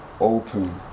open